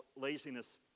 laziness